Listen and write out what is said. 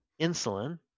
insulin